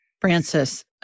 Francis